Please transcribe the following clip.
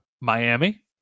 Miami